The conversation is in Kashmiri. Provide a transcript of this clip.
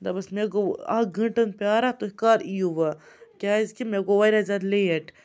دَۄپَس مےٚ گوٚو اَکھ گٲنٛٹَن پیاران تُہۍ کَر اِیِو وٕ کیٛازِکہِ مےٚ گوٚو واریاہ زیادٕ لیٹ